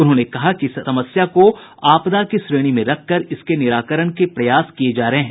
उन्होंने कहा कि इस समस्या को आपदा की श्रेणी में रखकर इसके निराकरण के प्रयास किये जा रहे हैं